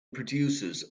producer